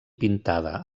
pintada